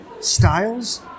styles